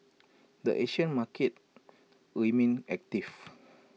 the Asian market remained active